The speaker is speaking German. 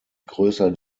größer